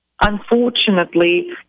unfortunately